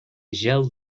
gel